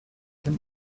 him